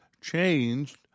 changed